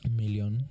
million